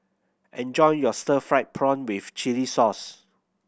enjoy your stir fried prawn with chili sauce